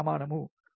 ప్రస్తుతం మనం 37